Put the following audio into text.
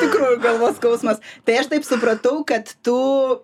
tikrųjų galvos skausmas tai aš taip supratau kad tu